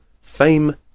FAME